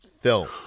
film